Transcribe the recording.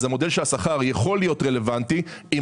המודל של השכר יכול להיות רלוונטי אם